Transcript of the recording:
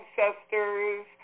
ancestors